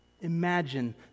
Imagine